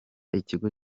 ikigo